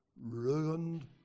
ruined